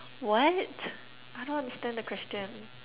what I don't understand the question